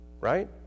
Right